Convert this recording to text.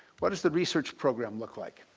what's the research program look like?